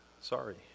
Sorry